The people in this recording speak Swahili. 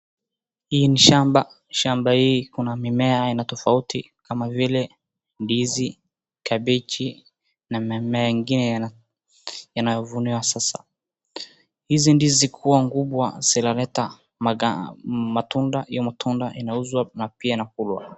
Hii ni shamba, shamba hii iko na mimea aina tofauti kama vile ndizi, kabeji na mimea ingine yanayovuniwa sasa . Hizi ndizi zikiwa kubwa zinaleta matunda, hiyo matunda inauzwa na pia inakuliwa.